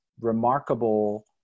remarkable